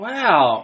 Wow